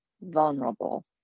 vulnerable